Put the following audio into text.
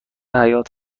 حیات